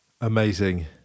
amazing